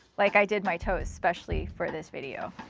like i did my toes specially for this video.